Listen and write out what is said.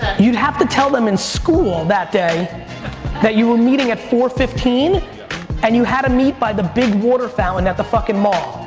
you'd have to tell them in school that day that you were meeting at four fifteen and you had to meet by the big water fountain at the fuckin' mall.